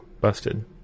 busted